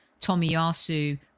Tomiyasu